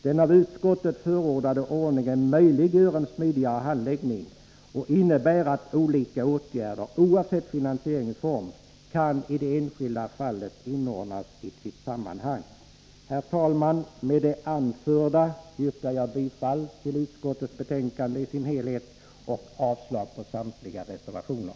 Den av utskottet förordade ordningen möjliggör en smidigare handläggning och innebär att olika åtgärder, oavsett finansieringsform, i det enskilda fallet kan inordnas i sitt sammanhang. Herr talman! Med det anförda yrkar jag bifall till utskottets hemställan i dess helhet och avslag på samtliga reservationer.